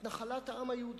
את נחלת העם היהודי.